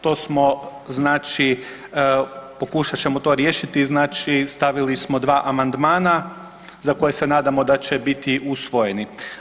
To smo znači, pokušat ćemo to riješiti, znači stavili smo dva amandmana za koje se nadamo da će biti usvojeni.